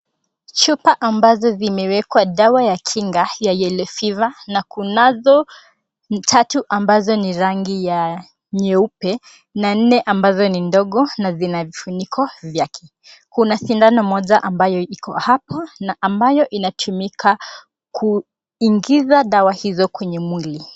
Chupa ambazo zimewekwa dawa ya kinga ya YELLOW FEVER na kunazo tatu ambazo ni rangi ya nyeupe na nne ambazo ni ndogo na zina vifuniko vyake. Kuna sindano moja ambayo iko hapo na ambayo inatumika kuingiza dawa hizo kwenye mwili.